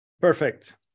Perfect